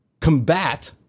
Combat